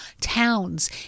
towns